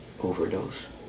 Overdose